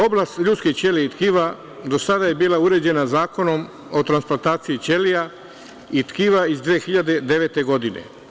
Oblast ljudskih ćelija i tkiva do sada je bila uređena Zakonom o transplantaciji ćelija i tkiva iz 2009. godine.